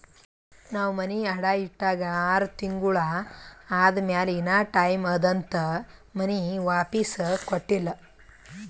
ನಾವ್ ಮನಿ ಅಡಾ ಇಟ್ಟಾಗ ಆರ್ ತಿಂಗುಳ ಆದಮ್ಯಾಲ ಇನಾ ಟೈಮ್ ಅದಂತ್ ಮನಿ ವಾಪಿಸ್ ಕೊಟ್ಟಿಲ್ಲ